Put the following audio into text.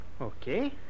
okay